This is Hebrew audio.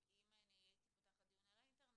כי אם אני הייתי פותחת דיון על האינטרנט,